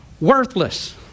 worthless